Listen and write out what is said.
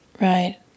Right